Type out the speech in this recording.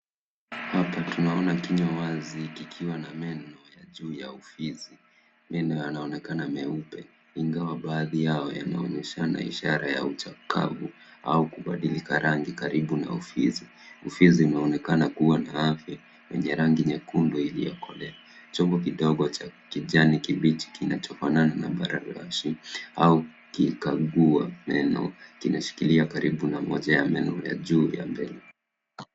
Hapa tunaona kinywa wazi kikiwa na meno ya juu ufizi. Meno yanaonekana meupe ingawa baadhi yao yanaonyeshana ishara ya uchakavu au kubadilika rangi karibu na ufizi. Ufizi unaonekana kuwa na afya wenye rangi nyekundu iliyokolea. Chombo kidogo cha kijani kibichi kinachofanana na baraloshi au kikagua meno kinashikilia karibu na meno ya juu ya mbele.